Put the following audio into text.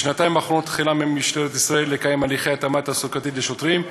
בשנתיים האחרונות החלה משטרת ישראל לקיים הליכי התאמה תעסוקתית לשוטרים,